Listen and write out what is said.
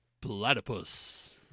Platypus